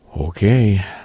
Okay